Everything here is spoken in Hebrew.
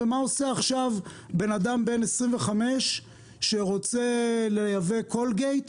ומה עושה עכשיו בן אדם בן 25 שרוצה לייבא "קולגייט",